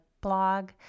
blog